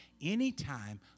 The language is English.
Anytime